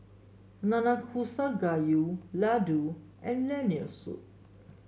Nanakusa Gayu Ladoo and Lentil Soup